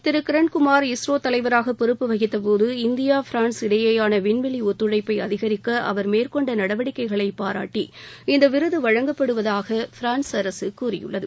திரு கிரண்குமார் இஸ்ரோ தலைவராக பொறுப்பு வகித்தபோது India France இடையேயான விண்வெளி ஒத்துழைப்பை அதிகரிக்க அவர் மேற்கொண்ட நடவடிக்கைகளை பாராட்டி இந்த விருது வழங்கப்படுவதாக ஃபிரான்ஸ் அரசு கூறியுள்ளது